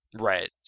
Right